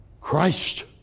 Christ